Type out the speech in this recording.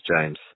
James